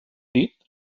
dit